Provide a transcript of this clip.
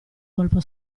colpo